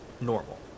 normal